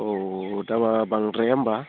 औ दामा बांद्राया होनबा